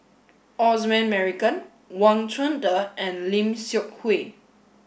Osman Merican Wang Chunde and Lim Seok Hui